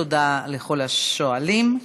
תודה לכל השואלים.